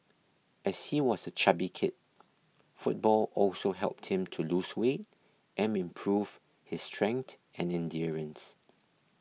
as he was a chubby kid football also helped him to lose weight and improve his strength and endurance